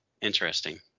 interesting